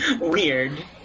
weird